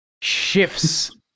shifts